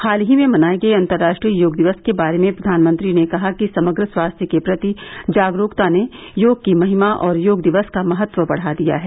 हाल ही में मनाए गए अंतर्राष्ट्रीय योग दिवस के बारे में प्रधानमंत्री ने कहा कि समग्र स्वास्थ्य के प्रति जागरुकता ने योग की महिमा और योग दिवस का महत्व बढ़ा दिया है